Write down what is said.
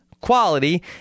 quality